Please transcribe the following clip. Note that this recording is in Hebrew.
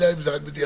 ידע את זה רק בדיעבד.